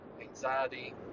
anxiety